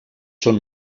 són